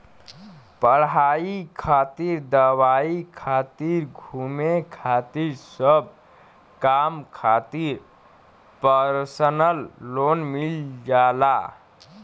पढ़ाई खातिर दवाई खातिर घुमे खातिर सब काम खातिर परसनल लोन मिल जाला